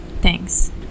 thanks